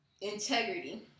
integrity